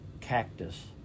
cactus